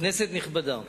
כנסת נכבדה,